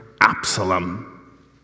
Absalom